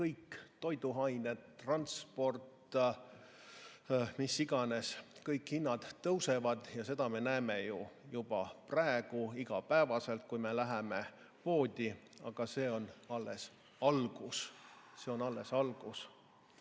toiduainete, transpordi, mille iganes hinnad tõusevad. Seda me näeme ju juba praegu iga päev, kui me läheme poodi. Aga see on alles algus. See on alles algus.